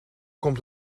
komt